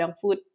food